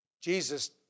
Jesus